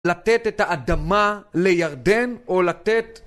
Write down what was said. לתת את האדמה לירדן או לתת